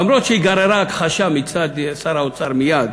אף-על-פי שהיא גררה הכחשה מצד שר האוצר מייד